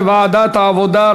לדיון מוקדם בוועדת העבודה,